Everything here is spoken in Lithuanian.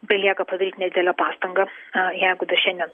belieka padaryt nedidelę pastangą jeigu dar šiandien